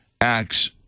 Acts